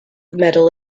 medal